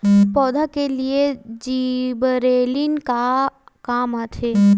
पौधा के लिए जिबरेलीन का काम आथे?